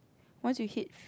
once you hit